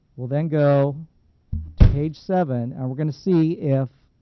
we'll then go to page seven. and we're going to see if